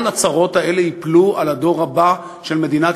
כל הצרות האלה ייפלו על הדור הבא של מדינת